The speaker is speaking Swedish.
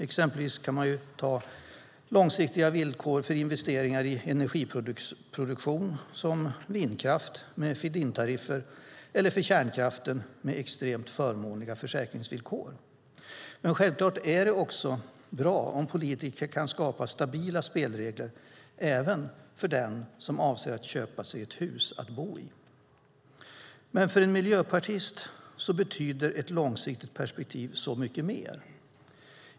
Exempelvis kan man ta långsiktiga villkor för investeringar i energiproduktion, som vindkraft med feed-in-tariffer eller kärnkraften med extremt förmånliga försäkringsvillkor. Självklart är det bra om politiker kan skapa stabila spelregler även för den som avser att köpa sig ett hus att bo i. För en miljöpartist betyder dock ett långsiktigt perspektiv så mycket mer.